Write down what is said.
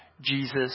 Jesus